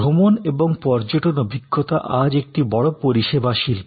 ভ্রমণ এবং পর্যটন অভিজ্ঞতা আজ একটি বড় পরিষেবা শিল্প